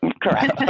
Correct